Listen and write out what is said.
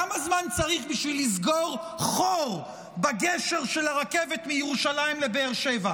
כמה זמן צריך בשביל לסגור חור בגשר של הרכבת מירושלים לבאר שבע,